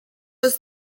was